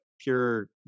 pure